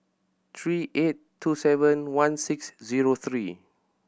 three eight two seven one six zero three